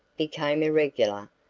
became irregular,